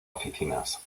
oficinas